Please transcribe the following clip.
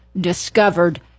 discovered